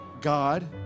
God